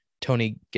Tony